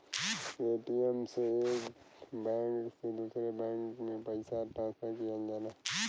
Paytm से एक bank से दूसरे बैंक में पइसा ट्रांसफर किहल जाला